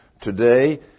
Today